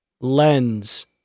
lens